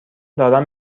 دارم